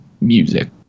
music